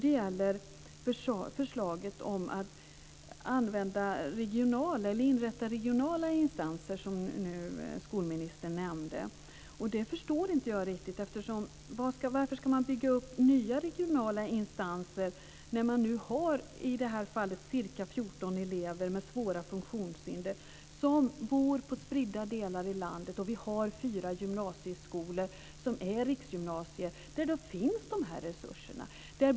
Det gäller förslaget om att inrätta regionala instanser, som skolministern nämnde. Jag förstår inte det riktigt. Varför ska man bygga upp nya regionala instanser? Vi har nu ca 14 elever med svåra funktionshinder som bor i spridda delar av landet, och vi har fyra gymnasieskolor som är riksgymnasier där de här resurserna finns.